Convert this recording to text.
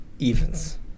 Evans